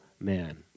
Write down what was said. man